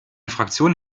fraktion